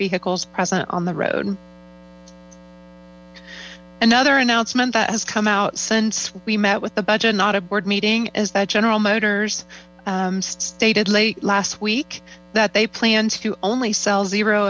vehicles present on the road another announcement that has come out since we met with the budget not a board meeting is that general motors stated late last week that they plan to only sell zero